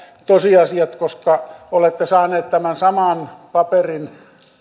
tosiasiat koska olette saanut tämän saman paperin